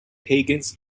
pagans